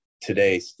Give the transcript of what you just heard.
today